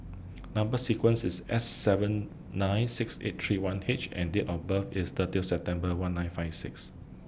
Number sequence IS S seven nine six eight three one H and Date of birth IS thirtieth September one nine five six